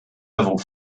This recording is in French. avons